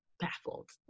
baffled